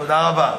תודה רבה.